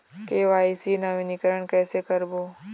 KYC नवीनीकरण कैसे करबो?